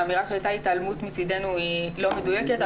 האמירה שהיתה התעלמות מצדנו היא לא מדויקת,